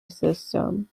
system